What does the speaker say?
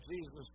Jesus